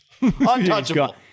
Untouchable